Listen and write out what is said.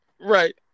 right